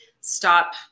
stop